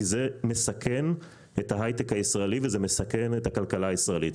זה מסכן את ההיי-טק הישראלי וזה מסכן את הכלכלה הישראלית.